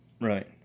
right